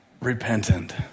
repentant